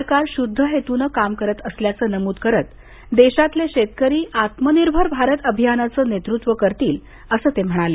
सरकार शुद्ध हेतूनं काम काम करत असल्याचं नमूद करत देशातले शेतकरी आत्मनिर्भर भारत अभियानाचं नेतृत्व करतील असं ते म्हणाले